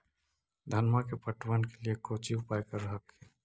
धनमा के पटबन के लिये कौची उपाय कर हखिन?